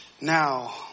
Now